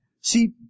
see